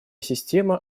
система